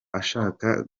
ashaka